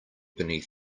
beneath